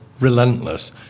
relentless